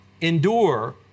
endure